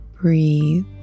breathe